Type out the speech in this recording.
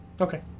Okay